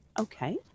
Okay